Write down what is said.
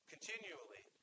continually